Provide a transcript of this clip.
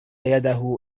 يده